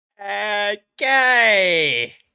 Okay